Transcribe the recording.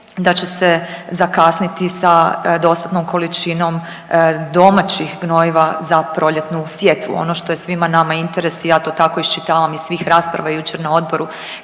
da će se zakasniti sa dostatnom količinom domaćih gnojiva za proljetnu sjetvu. Ono što je svima nama interes i ja to tako iščitavam iz svih rasprava jučer na odboru